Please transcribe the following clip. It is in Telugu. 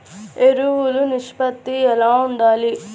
ఎరువులు నిష్పత్తి ఎలా ఉండాలి?